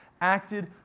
acted